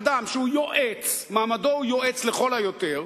אדם שהוא יועץ, מעמדו הוא יועץ לכל היותר,